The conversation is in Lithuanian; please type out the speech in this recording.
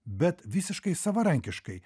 bet visiškai savarankiškai